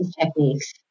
techniques